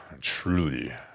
truly